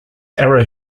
arrow